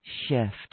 shift